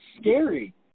scary